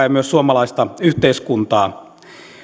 ja myös suomalaista yhteiskuntaa